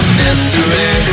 mystery